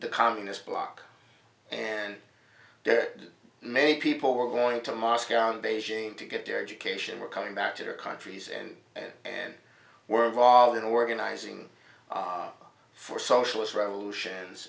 the communist block and that many people were going to moscow and beijing to get their education were coming back to their countries and and were involved in organizing for socialist revolution